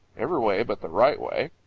every way but the right way.